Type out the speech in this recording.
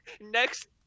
next